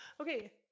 Okay